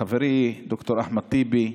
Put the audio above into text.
חברי ד"ר אחמד טיבי,